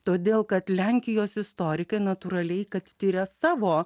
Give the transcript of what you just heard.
todėl kad lenkijos istorikai natūraliai kad tiria savo